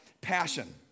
passion